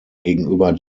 gegenüber